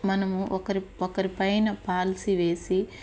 మనము ఒకరి ఒకరి పైన పాలసీ వేసి